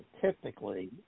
typically